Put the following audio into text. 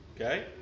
Okay